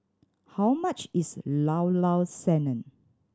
how much is Llao Llao Sanum